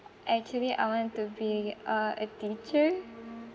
actually I want to be a a teacher